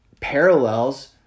parallels